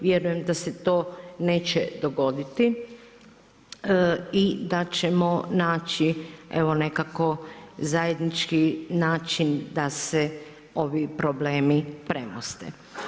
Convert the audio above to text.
Vjerujem da se to neće dogoditi i da ćemo naći evo nekako zajednički način da se ovi problemi premoste.